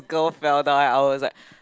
girl fell down and I was like